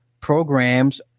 programs